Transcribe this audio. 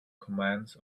commands